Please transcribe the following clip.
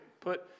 put